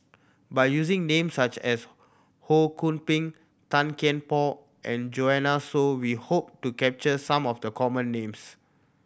by using name such as Ho Kwon Ping Tan Kian Por and Joanne Soo we hope to capture some of the common names